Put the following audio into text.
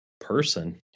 person